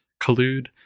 collude